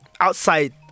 outside